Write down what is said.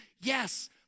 Yes